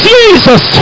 Jesus